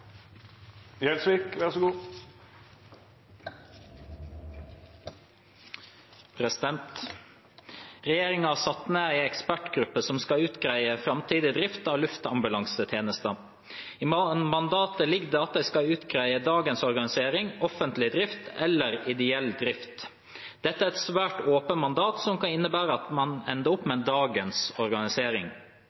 alene. Og så vil regjeringen selvfølgelig, som alltid, vurdere behovet for ekstrabevilgninger i forbindelse med revidert nasjonalbudsjett. «Regjeringen har satt ned en ekspertgruppe som skal utrede framtidig drift av luftambulansetjenesten. I mandatet ligger at de skal utrede dagens organisering, offentlig drift eller ideell drift. Dette er et svært åpent mandat, som kan innebære at man ender opp med dagens